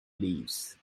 leaves